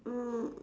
mm